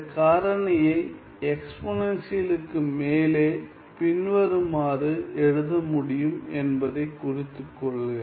இந்த காரணியை எக்ஸ்பொனன்சியலுக்கு மேலே பின்வருமாறு எழுத முடியும் என்பதைக் குறித்து கொள்க